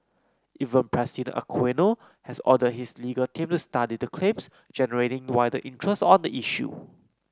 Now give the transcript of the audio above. even President Aquino has ordered his legal team to study the claims generating wider interest on the issue